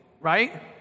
right